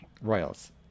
Royals